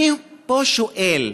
אני פה שואל: